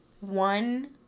one